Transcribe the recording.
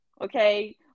Okay